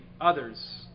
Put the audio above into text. others